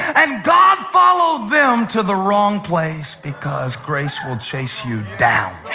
and god followed them to the wrong place, because grace will chase you down.